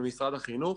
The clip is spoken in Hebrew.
ממשרד החינוך